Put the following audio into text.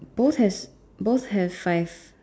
both has both have five